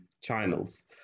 channels